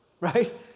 right